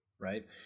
Right